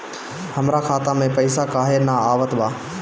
हमरा खाता में पइसा काहे ना आवत बा?